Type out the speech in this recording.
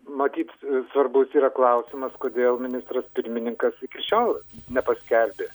matyt svarbus yra klausimas kodėl ministras pirmininkas iki šiol nepaskelbė